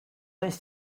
does